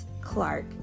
Clark